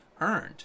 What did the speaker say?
earned